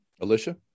Alicia